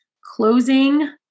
Closing